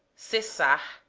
cessar,